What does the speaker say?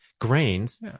grains